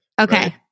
Okay